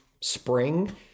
spring